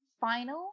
final